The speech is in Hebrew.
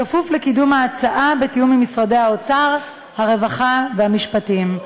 בתיאום עם משרדי האוצר, הרווחה והמשפטים.